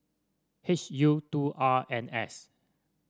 H U two R N S